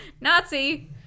Nazi